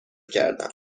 کردم